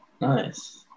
Nice